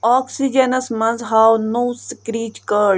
آکسِجنَس منٛز ہاو نوٚو سِکریٖچ